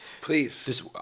Please